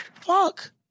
fuck